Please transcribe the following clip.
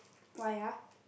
why ah